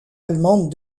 allemande